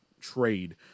trade